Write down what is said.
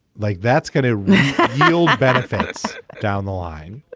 like that's going to yield benefits down the line.